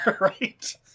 Right